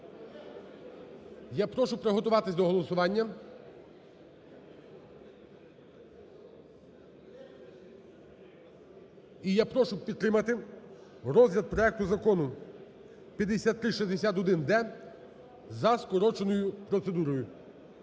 Я прошу приготуватись до голосування. І я прошу підтримати розгляд проекту Закону 5361-д за скороченою процедурою.